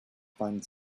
find